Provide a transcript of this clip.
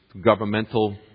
governmental